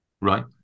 Right